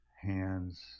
hands